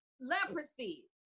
leprosy